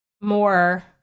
more